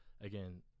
again